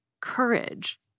courage